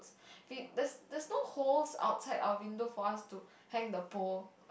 the there's there's no holes outside our window for us to hang the pole